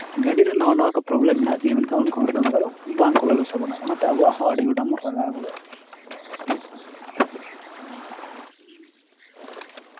ᱜᱟᱹᱰᱤ ᱨᱮ ᱱᱟᱣᱟ ᱱᱟᱣᱟ ᱠᱚ ᱯᱨᱚᱵᱞᱮᱢ ᱠᱚ ᱢᱮᱱᱟᱜ ᱛᱤᱧᱟ ᱢᱮᱱᱠᱷᱟᱱ ᱩᱱᱠᱩ ᱦᱚᱲᱫᱚ ᱚᱝᱠᱟ ᱫᱚ ᱵᱟᱝ ᱠᱚ ᱞᱟᱹᱭ ᱥᱟᱰᱮᱭᱟᱵᱚᱱᱟ ᱚᱱᱟᱛᱮ ᱟᱵᱚ ᱦᱚᱸ ᱟᱹᱰᱤ ᱜᱚᱴᱟᱝ ᱵᱚᱱ ᱨᱟᱸᱜᱟᱣ ᱜᱚᱫᱚᱜᱼᱟ